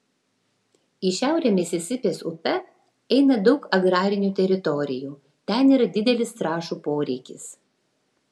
į šiaurę misisipės upe eina daug agrarinių teritorijų ten yra didelis trąšų poreikis